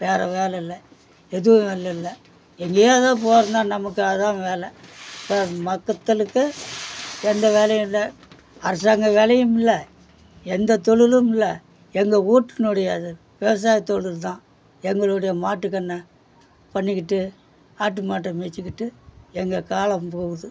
வேறு வேலை இல்லை எதுவும் வேலை இல்லை எங்கேயோ ஏதோ போகிறதுனா நமக்கு அதுதான் வேலை இப்போ மக்கத்தல்லுக்கு எந்த வேலையும் இல்லை அரசாங்க வேலையும் இல்லை எந்த தொழிலும் இல்லை எந்த வீட்டுனுடைய அது விவசாய தொழில் தான் எங்களுடைய மாட்டு கன்றை பண்ணிக்கிட்டு ஆட்டு மாட்டை மேய்ச்சிக்கிட்டு எங்கள் காலம் போகுது